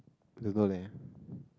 don't know leh